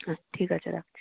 হুম ঠিক আছে রাখছি